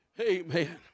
Amen